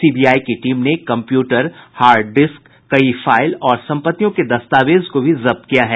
CBI की team ने computer hard disk कई फाईल और संपत्तियों के दस्तावेज को भी जब्त किया है